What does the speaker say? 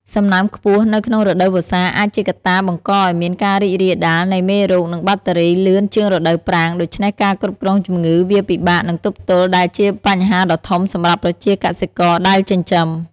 សំណើមខ្ពស់នៅក្នុងរដូវវស្សា អាចជាកត្តាបង្កឲ្យមានការរីករាលដាលនៃមេរោគនិងបាក់តេរីលឿនជាងរដូវប្រាំង ដូច្នេះការគ្រប់គ្រងជំងឺវាពិបាកនិងទប់ទល់ដែលជាបញ្ហាដ៏ធំសម្រាប់ប្រជាកសិករដែលចិញ្ចឹម ។